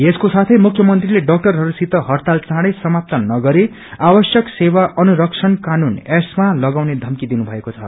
यसको साथै मुख्यमन्त्रीले डाक्टरहरूसित हड़ताल चाँडै समाप्त नगरे आवश्यक सेवा अनुरक्षण कानून एस्मा लगाउने धमक्षी दिनु भएको छ